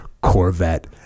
Corvette